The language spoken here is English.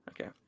Okay